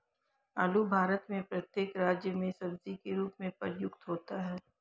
आलू भारत में प्रत्येक राज्य में सब्जी के रूप में प्रयुक्त होता है